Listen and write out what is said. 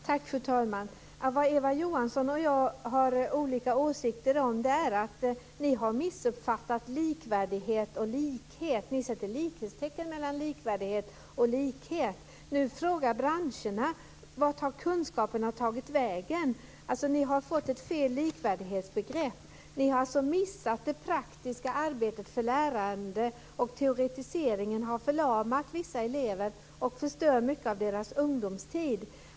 Fru talman! Vad Eva Johansson och jag har olika åsikter om är att ni har missuppfattat detta med likvärdighet och likhet. Ni sätter likhetstecken mellan likvärdighet och likhet. Nu frågar branscherna var kunskaperna har tagit vägen. Ni har fått ett felaktigt likvärdighetsbegrepp. Ni har missat det praktiska arbetet för lärande. Teoretiseringen har förlamat vissa elever och förstör mycket av deras ungdomstid.